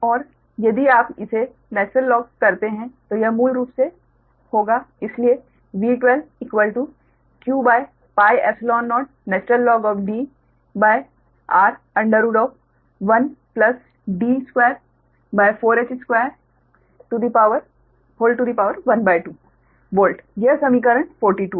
तो और यदि आप इसे ln करते है तो यह मूल रूप से2Dhr4h2D2 होगा इसलिए V12qπϵ0Dr1 D24h2 12 वॉल्ट यह समीकरण 42 है